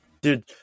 Dude